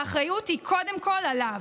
האחריות היא קודם כול עליו.